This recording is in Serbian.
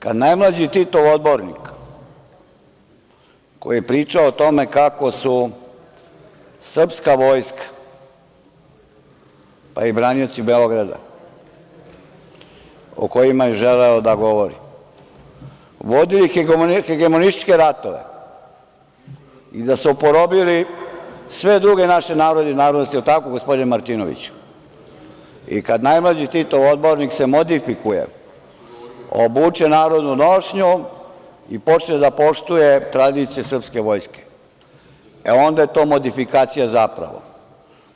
Kada najmlađi Titov odbornik koji je pričao o tome kako su srpska vojska, pa i branioci Beograda, o kojima je želeo da govori, vodili hegemonističke ratove i da su porobili sve druge naše narode i narodnosti, je li tako gospodine Martinoviću, i kada najmlađi Titov odbornik se modifikuje, obuče narodnu nošnju i počne da poštuje tradiciju srpske vojske, onda je to modifikacija zapravo,